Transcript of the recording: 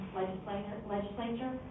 legislature